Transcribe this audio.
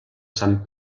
san